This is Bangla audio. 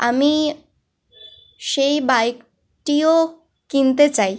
আমি সেই বাইকটিও কিনতে চাই